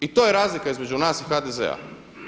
I to je razlika između nas i HDZ-a.